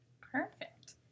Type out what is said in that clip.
Perfect